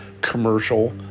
commercial